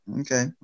Okay